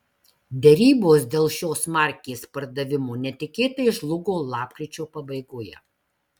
derybos dėl šios markės pardavimo netikėtai žlugo lapkričio pabaigoje